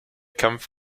kampf